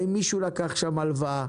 האם מישהו לקח שם הלוואה,